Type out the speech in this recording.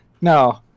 No